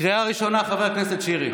קריאה ראשונה, חבר הכנסת שירי.